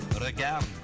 Regarde